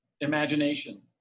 imagination